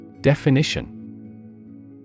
Definition